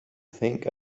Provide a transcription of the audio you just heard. think